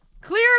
Clear